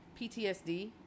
PTSD